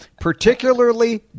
particularly